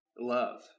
love